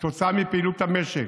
כתוצאה מפעילות המשק.